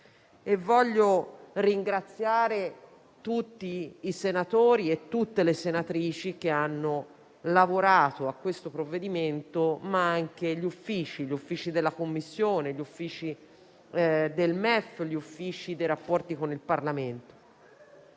Voglio ringraziare tutti i senatori e tutte le senatrici che hanno lavorato a questo provvedimento, ma anche gli uffici della Commissione, gli uffici del MEF e quelli dei rapporti con il Parlamento.